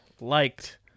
liked